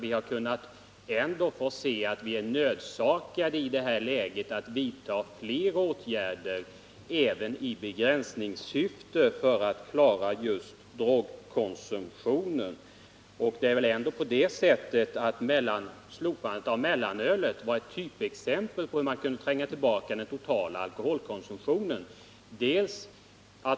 Vi har ändå fått se att vi i det här läget är nödsakade att vidta fler åtgärder, även i begränsningssyfte, för att klara problemet med drogkonsumtionen. Slopandet av mellanölet var väl ett typexempel på hur man kan tränga tillbaka den totala alkoholkonsumtionen.